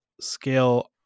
Scale